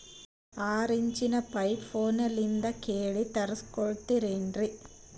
ಆರಿಂಚಿನ ಪೈಪು ಫೋನಲಿಂದ ಹೇಳಿ ತರ್ಸ ಕೊಡ್ತಿರೇನ್ರಿ?